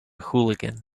hooligan